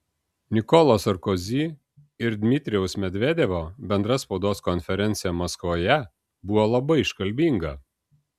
nikolo sarkozy ir dmitrijaus medvedevo bendra spaudos konferencija maskvoje buvo labai iškalbinga